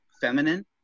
feminine